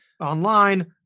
online